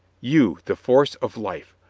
you, the force of life.